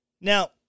Now